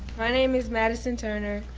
my name is madison turner,